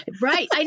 right